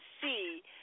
see